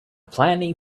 planning